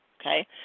okay